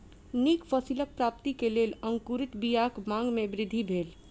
नीक फसिलक प्राप्ति के लेल अंकुरित बीयाक मांग में वृद्धि भेल